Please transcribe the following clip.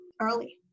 early